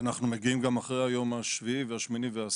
אנחנו מגיעים גם אחרי היום השמיני והעשירי.